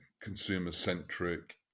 consumer-centric